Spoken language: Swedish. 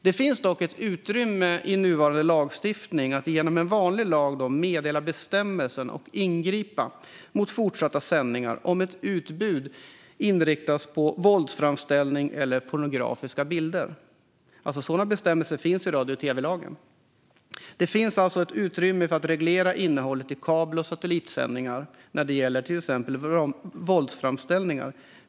Det finns dock utrymme i nuvarande lagstiftning för att genom vanlig lag meddela bestämmelsen och ingripa mot fortsatt sändning av ett utbud som inriktas på våldsframställningar eller pornografiska bilder. Sådana bestämmelser finns i radio och tv-lagen. Det finns alltså utrymme för att reglera innehållet i kabel och satellitsändningar när det gäller till exempel våldsframställningar.